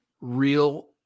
real